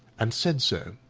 and said so.